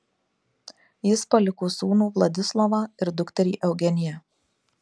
jis paliko sūnų vladislovą ir dukterį eugeniją